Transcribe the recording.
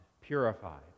purified